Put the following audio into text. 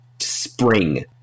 spring